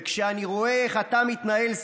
וכשאני רואה איך אתה מתנהל,